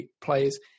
players